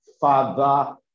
Father